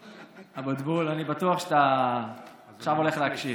אבוטבול, אני בטוח שאתה עכשיו הולך להקשיב,